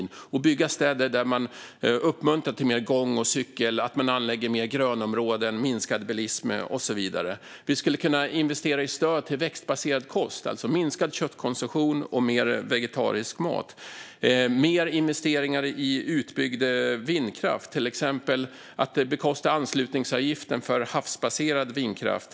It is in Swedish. Man skulle kunna bygga städer där man uppmuntrar till mer gång och cykel, minskar bilismen, anlägger mer grönområden och så vidare. Vi skulle kunna investera i stöd till växtbaserad kost, alltså minskad köttkonsumtion och mer vegetarisk mat. Vi kan göra mer investeringar i utbyggd vindkraft, till exempel bekosta anslutningsavgiften för havsbaserad vindkraft.